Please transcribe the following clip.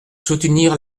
soutenir